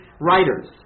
writers